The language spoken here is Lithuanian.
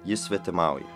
jis svetimauja